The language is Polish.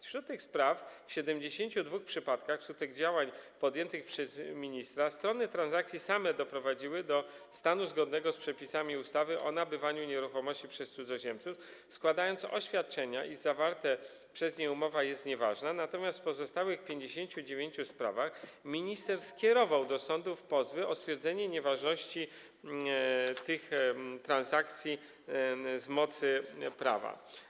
Wśród tych spraw w 72 przypadkach wskutek działań podjętych przez ministra strony transakcji same doprowadziły do stanu zgodnego z przepisami ustawy o nabywaniu nieruchomości przez cudzoziemców, składając oświadczenia, iż zawarta przez nie umowa jest nieważna, natomiast w pozostałych 59 sprawach minister skierował do sądów pozwy o stwierdzenie nieważności tych transakcji z mocy prawa.